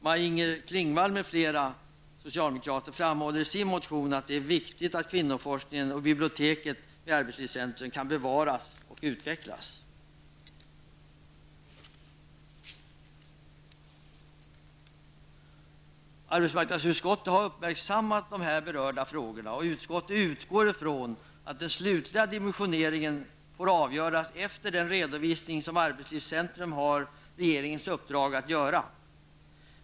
Maj-Inger Klingvall m.fl. socialdemokrater framhåller i sin motion att det är viktigt att kvinnoforskningen och biblioteket i arbetslivscentrum kan bevaras och utvecklas. Arbetsmarknadsutskottet har uppmärksammat här berörda frågor, och utskottet utgår ifrån att den slutliga dimensioneringen får avgöras efter den redovisning som arbetslivscentrum har regeringens uppdrag att göra.